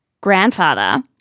grandfather